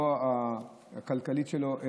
לא הכלכלית שלו.